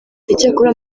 icyakora